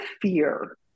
fear